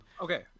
Okay